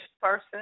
person